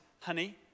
honey